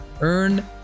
Earn